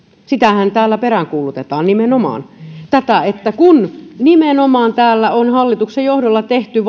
sitähän täällä peräänkuulutetaan nimenomaan sitä että kun nimenomaan täällä on hallituksen johdolla tehty